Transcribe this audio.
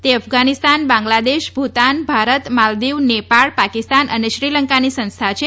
તે અફઘાનિસ્તાન બાંગ્લાદેશ ભુતાન ભારત માલદિવ નેપાળ પાકિસ્તાન અને શ્રીલંકાની સંસ્થા છે